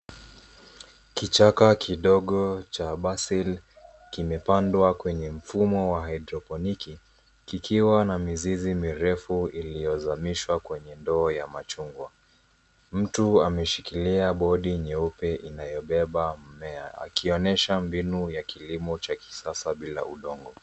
Kichaka kidogo cha, basil, kimepandwa kwenye mfumo wa hydroponic kikiwa na mizizi mirefu iliyozamishwa kwenye ndoo ya machungwa. Mtu ameshikilia board nyeupe inayobeba mmea akionyesha mbinu ya kilimo cha kisasa bila udongo.